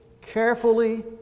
carefully